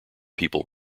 people